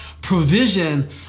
provision